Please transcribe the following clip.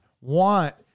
want